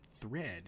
thread